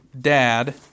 Dad